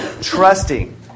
trusting